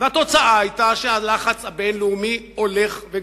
והתוצאה היתה שהלחץ הבין-לאומי הולך וגובר.